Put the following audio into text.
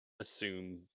assume